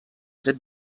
tret